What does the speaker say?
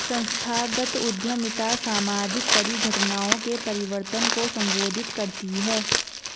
संस्थागत उद्यमिता सामाजिक परिघटनाओं के परिवर्तन को संबोधित करती है